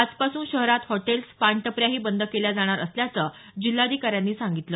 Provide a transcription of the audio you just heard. आजपासून शहरात हॉटेल्स पानटपऱ्याही बंद केल्या जाणार असल्याचंही जिल्हाधिकाऱ्यांनी सांगितलं